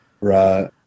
Right